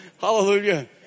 Hallelujah